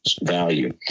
value